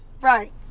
Right